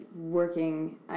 working